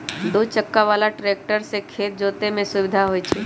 दू चक्का बला ट्रैक्टर से खेत जोतय में सुविधा होई छै